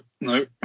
no